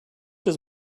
his